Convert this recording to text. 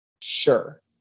Sure